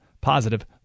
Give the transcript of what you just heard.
positive